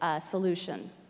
solution